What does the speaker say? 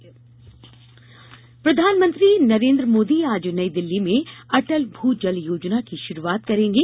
भू जल योजना प्रधानमंत्री नरेन्द्र मोदी आज नई दिल्ली में अटल भू जल योजना की शुरूआत करेंगे